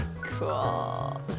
Cool